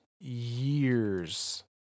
years